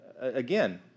again